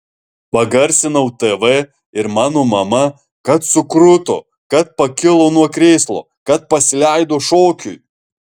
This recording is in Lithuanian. pagarsinau tv ir mano mama kad sukruto kad pakilo nuo krėslo kad pasileido šokiui